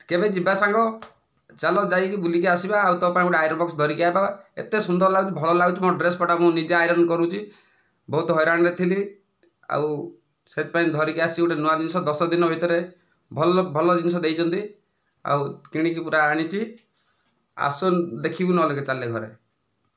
କେବେ ଯିବା ସାଙ୍ଗ ଚାଲ ଯାଇକି ବୁଲିକି ଆସିବା ଆଉ ତୋ ପାଇଁ ଗୋଟିଏ ଆଇରନ୍ ବକ୍ସ ଧରିକି ଆଇବା ଏତେ ସୁନ୍ଦର ଲାଗୁଛି ଭଲ ଲାଗୁଛି ମୋ ଡ୍ରେସ୍ ପଟା ମୁଁ ନିଜେ ଆଇରନ୍ କରୁଛି ବହୁତ ହଇରାଣରେ ଥିଲି ଆଉ ସେଥିପାଇଁ ଧରିକି ଆସିଛି ଗୋଟିଏ ନୂଆ ଜିନିଷ ଦଶ ଦିନ ଭିତରେ ଭଲ ଭଲ ଜିନିଷ ଦେଇଛନ୍ତି ଆଉ କିଣିକି ପୁରା ଆଣିଛି ଆସୁନୁ ଦେଖିବୁ ନହେଲେ କେବେ ଚାଲିଲେ ଘରେ